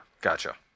Gotcha